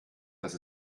dass